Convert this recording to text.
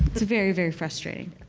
it's very very frustrating.